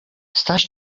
staś